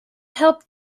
help